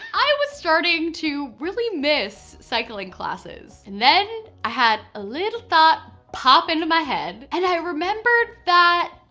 i was starting to really miss cycling classes, and then i had a little thought pop into my head and i remembered that,